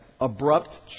abrupt